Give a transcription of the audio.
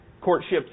Courtships